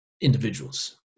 individuals